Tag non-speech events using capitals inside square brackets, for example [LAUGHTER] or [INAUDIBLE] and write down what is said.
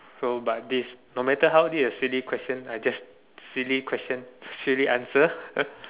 so but this no matter how this is a silly question I just silly question silly answer ah [LAUGHS]